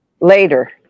Later